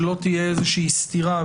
שלא תהיה איזושהי סתירה,